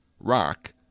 rock